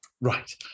Right